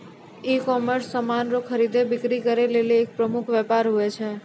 ecommerce समान रो खरीद बिक्री करै लेली एक प्रमुख वेपार हुवै छै